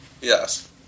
Yes